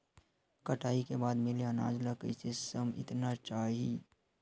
कटाई के बाद मिले अनाज ला कइसे संइतना चाही?